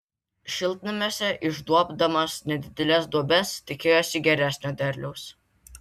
šiltnamiuose išduobdamas nedideles duobes tikėjosi geresnio derliaus